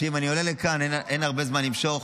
שאם אני עולה לכאן אין הרבה זמן למשוך.